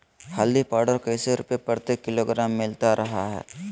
हल्दी पाउडर कैसे रुपए प्रति किलोग्राम मिलता रहा है?